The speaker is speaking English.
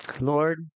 Lord